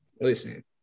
Listen